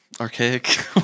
archaic